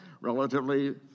relatively